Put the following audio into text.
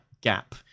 gap